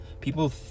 People